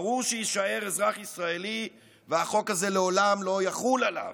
ברור שהוא יישאר אזרח ישראלי והחוק הזה לעולם לא יחול עליו.